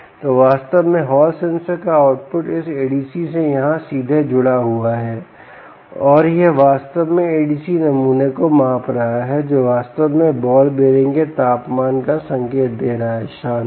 तो वास्तव में हॉल सेंसर का आउटपुट इस ADC से यहाँ सीधे जुड़ा हुआ है और यह वास्तव में ADC नमूने को माप रहा है जो वास्तव में बॉल बीयररिंग के तापमान का संकेत दे रहा है शानदार